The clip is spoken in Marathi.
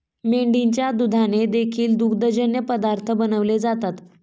मेंढीच्या दुधाने देखील दुग्धजन्य पदार्थ बनवले जातात